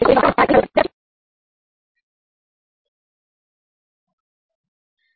તો જ્યારે તમારે કિર્ચોફ વોલ્ટેજ લો વાપરવાનો હોય ત્યારે આની જરુર પડે